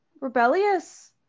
rebellious